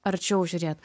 arčiau žiūrėt